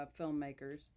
filmmakers